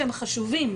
שהם חשובים,